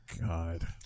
God